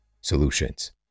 solutions